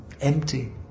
empty